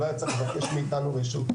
הוא לא היה צריך לבקש מאתנו רשות.